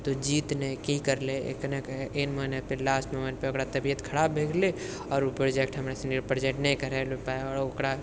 तऽ जीत ने कि करले कि एखने ऐन महिनापर लास्ट मोमेन्टपर ओकर तबियत खराब भऽ गेलै आओर ओ प्रोजेक्ट हमरा सनीरऽ प्रेजेन्ट नहि करैलए पाइ आओर ओकरा